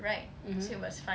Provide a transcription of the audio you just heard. mmhmm